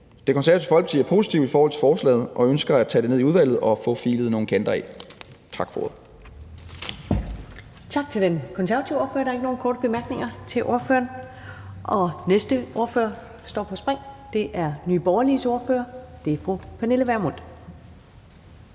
Det Konservative Folkeparti er positive over for forslaget og ønsker at tage det ned i udvalget og få filet nogle kanter af. Tak for ordet. Kl. 10:29 Første næstformand (Karen Ellemann): Tak til den konservative ordfører. Der er ikke nogen korte bemærkninger til ordføreren. Og næste ordfører står på spring, og det er Nye Borgerliges ordfører, fru Pernille Vermund.